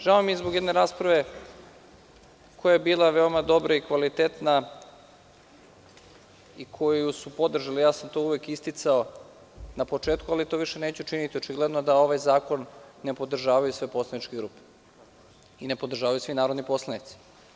Žao mi je zbog jedne rasprave koja je bila veoma dobra i kvalitetna i koju su podržali, ja sam to uvek isticao na početku ali to više neću činiti, očigledno da ovaj zakon ne podržavaju sve poslaničke grupe i ne podržavaju svi narodni poslanici.